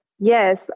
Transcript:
yes